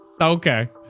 Okay